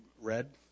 red